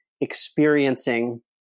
experiencing